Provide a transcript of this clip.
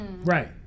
Right